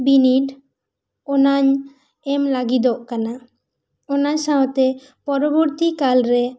ᱵᱤᱱᱤᱰ ᱚᱱᱟᱹᱧ ᱮᱢ ᱞᱟᱹᱜᱤᱫᱚᱜ ᱠᱟᱱᱟ ᱚᱱᱟ ᱥᱟᱶᱛᱮ ᱯᱚᱨᱚᱵᱚᱨᱛᱤ ᱠᱟᱞ ᱨᱮ